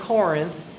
Corinth